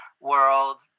world